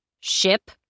Ship